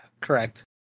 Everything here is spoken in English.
correct